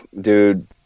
dude